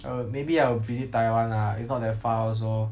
I'll maybe I'll visit taiwan lah it's not that far also